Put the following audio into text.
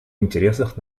интересах